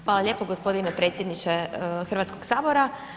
Hvala lijepo gospodine predsjedniče Hrvatskog sabora.